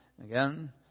again